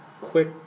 quick